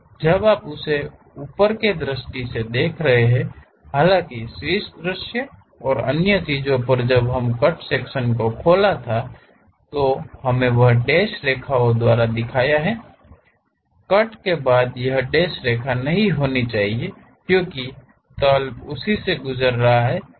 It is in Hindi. जब आप उसे ऊपर के दर्शी से देख रहे हैं हालांकि शीर्ष दृश्य और अन्य चीजों पर जब हमने कट सेक्शन को खोला था तो हमें वह डैश रेखाओं को दिखाया हैं कट के बाद यह डैश रेखा नहीं होनी चाहिए क्योंकि तल उसी से गुजर रहा है